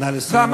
נא לסיים, אדוני.